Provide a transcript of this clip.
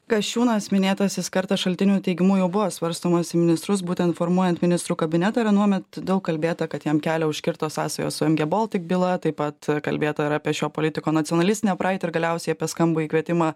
kasčiūnas minėtasis kartą šaltinių teigimu jau buvo svarstomas į ministrus būtent formuojant ministrų kabinetą ir anuomet daug kalbėta kad jam kelią užkirto sąsajos su mg baltic byla taip pat kalbėta ir apie šio politiko nacionalistinę praeitį ir galiausiai apie skambųjį kvietimą